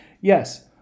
yes